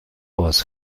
wars